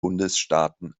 bundesstaaten